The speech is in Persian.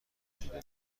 کشیده